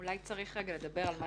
אולי צריך רגע לדבר על מה